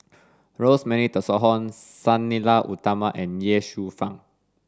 Rosemary Tessensohn Sang Nila Utama and Ye Shufang